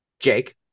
Jake